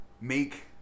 Make